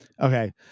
okay